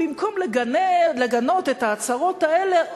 במקום לגנות את ההצהרות האלה,